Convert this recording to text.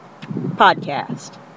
podcast